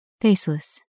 faceless